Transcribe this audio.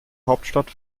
hauptstadt